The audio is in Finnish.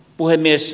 puhemies